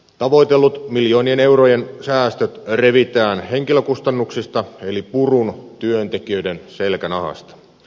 tavoitellut miljoonien eurojen säästöt revitään henkilökustannuksista eli purun työntekijöiden selkänahasta